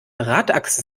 radachsen